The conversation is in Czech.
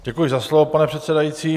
Děkuji za slovo, pane předsedající.